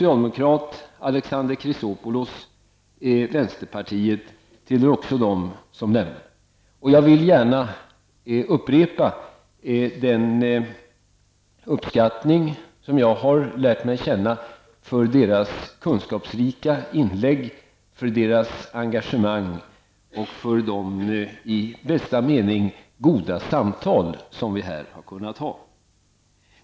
Alexander Chrisopoulos, vänsterpartiet, tillhör dem som lämnar riksdagen. Jag vill gärna upprepa den uppskattning som jag har lärt mig känna för deras kunskapsrika inlägg, för deras engagemang och för de i bästa mening goda samtal som vi här har kunnat föra.